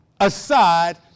aside